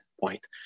point